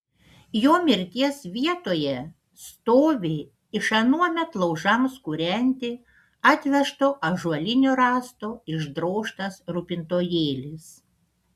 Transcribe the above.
jo mirties vietoje stovi iš anuomet laužams kūrenti atvežto ąžuolinio rąsto išdrožtas rūpintojėlis